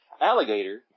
Alligator